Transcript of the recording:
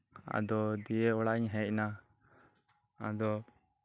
ᱟᱫᱚ ᱫᱤᱭᱮ ᱚᱲᱟᱜ ᱤᱧ ᱦᱮᱡᱱᱟ ᱟᱫᱚ